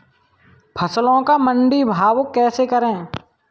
फसलों का मंडी भाव कैसे पता करें?